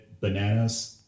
bananas